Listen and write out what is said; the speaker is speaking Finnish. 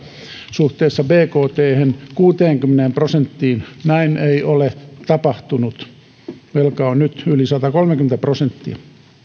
suhteessa bkthen sadastakahdestakymmenestä prosentista kuuteenkymmeneen prosenttiin näin ei ole tapahtunut velka on nyt yli satakolmekymmentä prosenttia